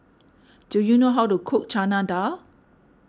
do you know how to cook Chana Dal